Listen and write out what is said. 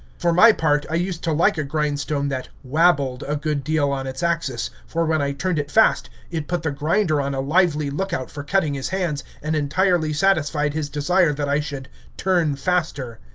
for my part, i used to like a grindstone that wabbled a good deal on its axis, for when i turned it fast, it put the grinder on a lively lookout for cutting his hands, and entirely satisfied his desire that i should turn faster.